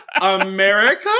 America